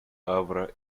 aura